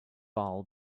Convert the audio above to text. all